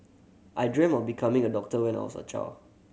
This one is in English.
I dreamt of becoming a doctor when I was a child